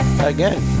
Again